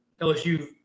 LSU